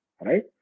right